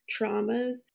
traumas